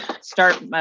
start